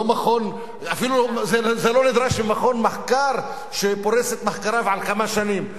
זה לא נדרש ממכון מחקר שפורס את מחקריו על כמה שנים.